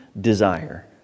desire